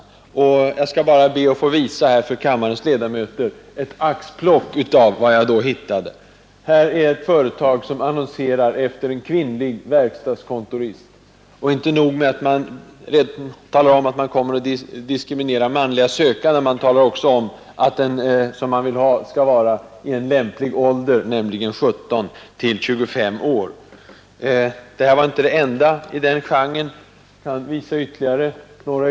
Jag skall be att på den, m.m. TV-skärmen få visa för kammarens ledamöter ett axplock av vad jag då hittade. Här är ett företag som annonserar efter en kvinnlig verkstadskontorist. Inte nog med att man talar om att man kommer att diskriminera manliga sökande, utan man säger också att den som man vill ha skall vara i lämplig ålder, nämligen 17—25 år. Detta exempel var inte det enda i den genren. Jag kan visa ytterligare några.